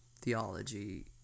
theology